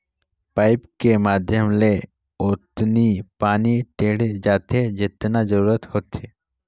pipe के माधियम ले ओतनी पानी टेंड़े जाथे जतना जरूरत होथे